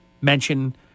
mention